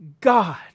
God